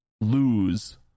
lose